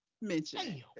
mention